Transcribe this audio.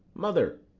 mother,